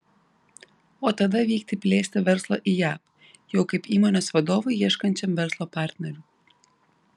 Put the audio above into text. o tada vykti plėsti verslo į jav jau kaip įmonės vadovui ieškančiam verslo partnerių